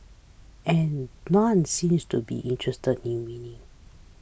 and none seems to be interested in winning